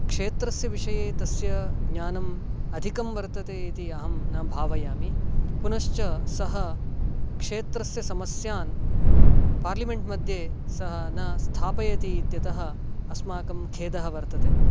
क्षेत्रस्य विषये तस्य ज्ञानम् अधिकं वर्तते इति अहं न भावयामि पुनश्च सः क्षेत्रस्य समस्यान् पार्लिमेण्ट् मध्ये न स्थापयति इत्यतः अस्माकं खेदः वर्तते